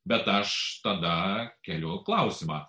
bet aš tada keliu klausimą